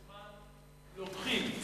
היושב-ראש, שזמן לוקחים,